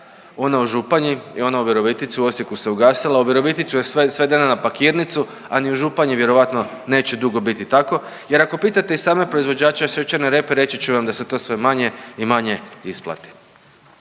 Ona u Županji i ona u Virovitici. U Osijeku se ugasila. U Virovitici je svedena na pakirnicu, a ni u Županji vjerojatno neće dugo biti tako. Jer ako pitate i same proizvođače šećerne repe reći će vam da se to sve manje i manje isplati.